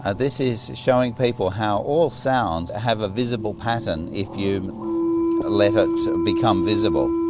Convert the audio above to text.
ah this is showing people how all sounds have a visible pattern if you let it become visible.